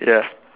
ya